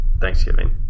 Thanksgiving